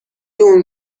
اون